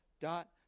dot